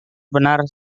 benar